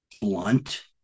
blunt